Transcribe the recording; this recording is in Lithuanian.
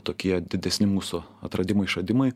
tokie didesni mūsų atradimai išradimai